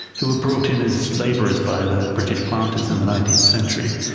who were brought in as labourers by the british planters in the nineteenth century,